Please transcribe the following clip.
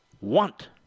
want